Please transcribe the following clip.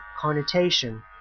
connotation